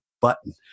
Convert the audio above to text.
button